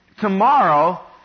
tomorrow